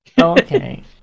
Okay